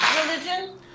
Religion